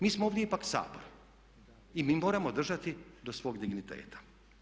Mi smo ovdje ipak Sabor i mi moramo držati do svog digniteta.